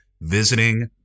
visiting